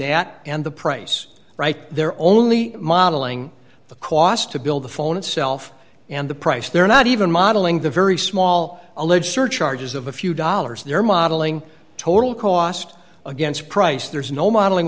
that and the price right they're only modeling the cost to build the phone itself and the price they're not even modeling the very small alleged surcharges of a few dollars they're modeling total cost against price there's no modeling